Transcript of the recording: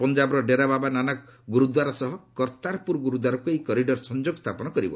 ପଞ୍ଜାବ୍ର ଡେରାବାବା ନାନକ ଗୁରୁଦ୍ୱାର ସହ କର୍ତ୍ତାରପୁର ଗୁରୁଦ୍ୱାରକୁ ଏହି କରିଡର୍ ସଂଯୋଗ ସ୍ଥାପନ କରିବ